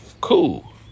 cool